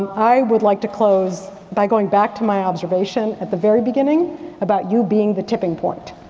i would like to close by going back to my observation at the very beginning about you being the tipping point.